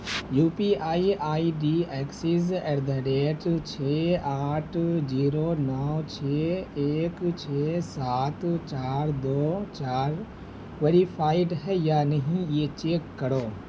U P I ID access at the rate چھ آٹھ zero نو چھ ایک چھ سات چار دو چار ویریفائڈ ہے یا نہیں یہ چیک کرو